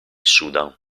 sudan